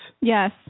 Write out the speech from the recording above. Yes